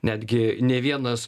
netgi ne vienas